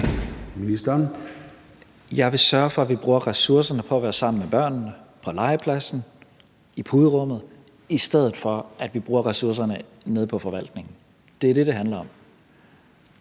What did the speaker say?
Tesfaye): Jeg vil sørge for, at vi bruger ressourcerne på at være sammen med børnene på legepladsen og i puderummet, i stedet for at vi bruger ressourcerne nede på forvaltningen. Det er det, det handler om.